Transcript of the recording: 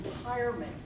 retirement